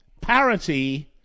Parity